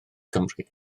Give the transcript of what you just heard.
cymru